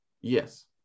yes